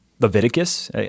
Leviticus